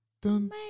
Dun